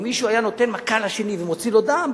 אם מישהו היה נותן מכה לשני ומוציא לו דם,